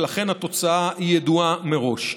ולכן התוצאה ידועה מראש.